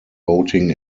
boating